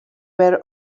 were